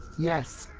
yes,